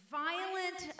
violent